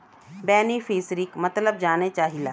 बेनिफिसरीक मतलब जाने चाहीला?